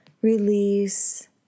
Release